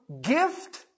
gift